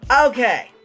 okay